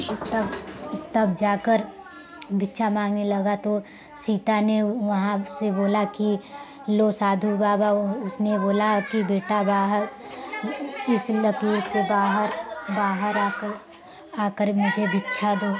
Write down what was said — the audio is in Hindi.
जब तक तब जाकर भिक्षा मांगने लगा तो सीता ने वहाँ से बोला की लो साधू बाबा उसने बोला की बेटा बाहर इस लकीर से बाहर बाहर आकर आकर मुझे भिक्षा दो